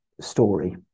story